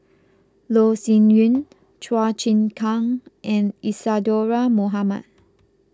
Loh Sin Yun Chua Chim Kang and Isadhora Mohamed